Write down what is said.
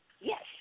Yes